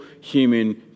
human